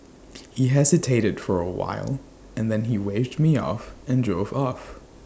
he hesitated for A while and then he waved me off and drove off